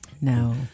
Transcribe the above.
No